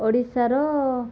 ଓଡ଼ିଶାର